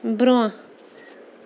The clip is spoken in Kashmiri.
برٛونٛہہ